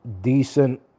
decent